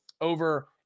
over